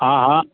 हा हा